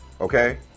okay